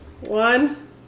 One